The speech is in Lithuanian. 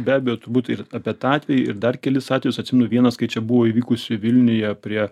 be abejo turbūt ir apie tą atvejį ir dar kelis atvejus atsimenu kai čia vienas buvo įvykusi vilniuje prie